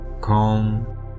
Calm